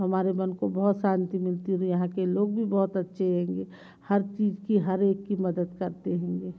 हमारे मन को बहुत शांति मिलती है जो यहाँ के लोग भी बहुत अच्छे हैंगे हर चीज़ की हर एक की मदद करते हैंगे